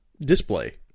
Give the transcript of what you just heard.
display